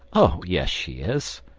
oh, yes, she is.